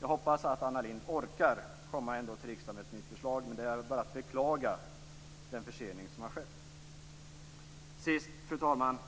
Jag hoppas att Anna Lindh orkar komma till riksdagen med ett nytt förslag. Det är bara att beklaga den försening som har skett. Fru talman!